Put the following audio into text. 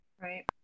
right